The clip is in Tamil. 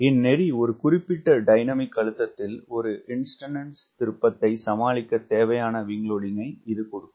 இந்நெறி ஒரு குறிப்பிட்ட டைனமிக் அழுத்தத்தில் ஒரு இன்ஸ்டன்டானியஸ் திருப்பத்தை சமாளிக்கத் தேவையான விங்க் லோடிங்கினை இது கொடுக்கும்